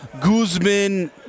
Guzman